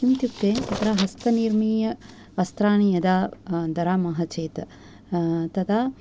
किमित्युक्ते तत्र हस्तनिर्मीय वस्त्राणि यदा धराम चेत् तदा